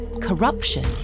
corruption